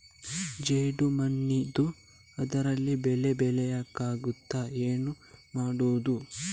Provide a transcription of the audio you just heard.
ಜೇಡು ಮಣ್ಣಿದ್ದು ಅದರಲ್ಲಿ ಬೆಳೆ ಬೆಳೆಯಬೇಕಾದರೆ ಏನು ಮಾಡ್ಬಹುದು?